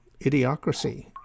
idiocracy